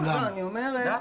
למה?